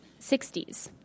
60s